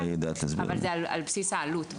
אבל זה בסוף על בסיס העלות.